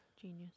Genius